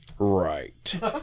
right